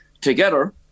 together